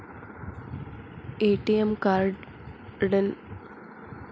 ATM ಕಾರ್ಡ್ನ್ಯಾಗಿನ್ದ್ ಒಂದ್ ದಿನಕ್ಕ್ ಎಷ್ಟ ರೊಕ್ಕಾ ತೆಗಸ್ಬೋದ್ರಿ?